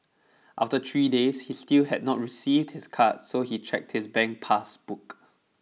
after three days he still had not received his card so he checked his bank pass book